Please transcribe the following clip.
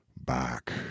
back